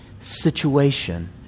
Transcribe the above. situation